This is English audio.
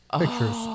pictures